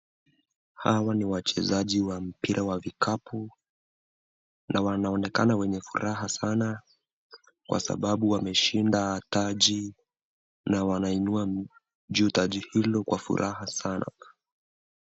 Hawa ni wachezaji wa mpira wa vikapu, nawanaonekana wenye furaha sana kwa sababu wameshinda taji na wanainua juu taji hilo kwa furaha sana.